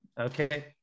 Okay